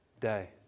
day